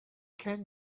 can